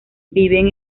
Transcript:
viven